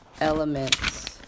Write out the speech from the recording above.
elements